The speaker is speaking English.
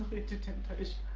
into temptation,